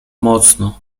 mocno